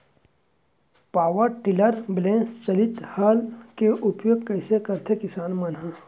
Power tiller बैलेंस चालित हल के उपयोग कइसे करथें किसान मन ह?